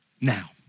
Now